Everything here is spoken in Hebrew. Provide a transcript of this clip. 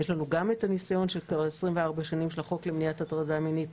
יש לנו גם הניסיון של 24 שנים של החוק למניעת הטרדה מינית.